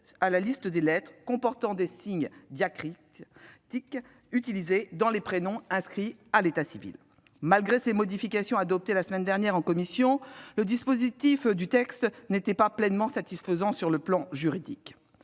à la liste des lettres comportant des signes diacritiques qui peuvent être utilisées dans les prénoms inscrits à l'état civil. Malgré ces modifications adoptées la semaine dernière en commission, le dispositif du texte n'était pas pleinement satisfaisant du point de vue juridique.